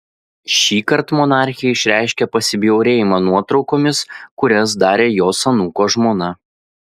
šįkart monarchė išreiškė pasibjaurėjimą nuotraukomis kurias darė jos anūko žmona